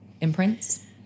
imprints